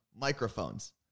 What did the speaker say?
microphones